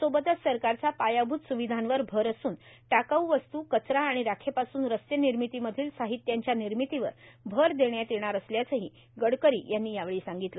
सोबतच सरकारचा पायाभूत सुविधांवर भर असून टाकाऊ वस्तू कचरा आणि राखेपासून रस्ते निर्मितीमधील साहित्यांच्या निर्मितीवर भर देण्यात येणार असल्याचेही गडकरी यांनी यावेळी सांगितले